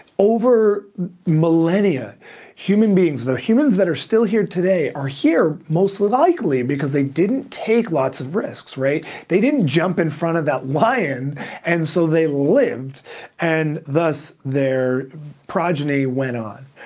over millennia human beings, the humans that are still here today are here most likely because they didn't take lots of risks. they didn't jump in front of that lion and so they lived and thus, their progeny went on.